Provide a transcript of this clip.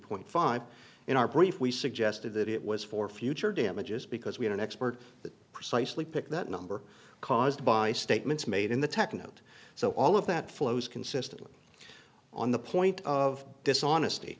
point five in our brief we suggested that it was for future damages because we had an expert that precisely picked that number caused by statements made in the tech and so all of that flows consistently on the point of dishonesty